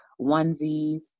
onesies